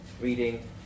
reading